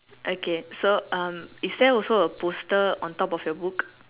okay so um is there also a poster on top of your book